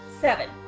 seven